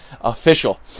official